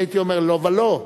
אני הייתי אומר: לא ולא,